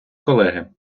колеги